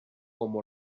como